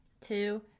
two